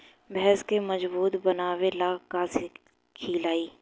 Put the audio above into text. भैंस के मजबूत बनावे ला का खिलाई?